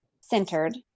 centered